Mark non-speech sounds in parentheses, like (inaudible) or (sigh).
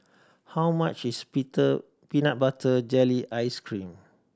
how much is (unintelligible) peanut butter jelly ice cream